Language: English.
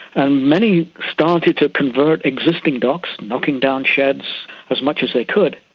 and many started to convert existing docks, knocking down sheds as much as they could,